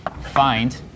find